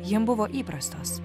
jiem buvo įprastos